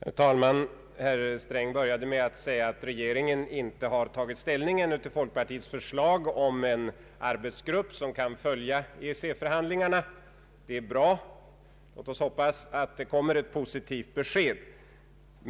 Herr talman! Herr Sträng började med att säga att regeringen ännu inte har tagit ställning till folkpartiets förslag om en arbetsgrupp som kan följa EEC-förhandlingarna. Det är bra, låt oss hoppas att det kommer ett positivt besked.